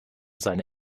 seine